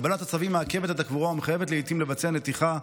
קבלת הצווים מעכבת את הקבורה ומחייבת לעיתים לבצע נתיחה,